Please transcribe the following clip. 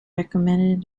recommended